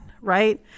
right